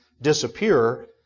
disappear